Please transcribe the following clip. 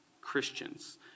Christians